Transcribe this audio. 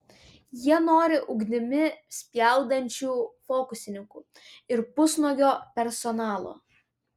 jie nori ugnimi spjaudančių fokusininkų ir pusnuogio personalo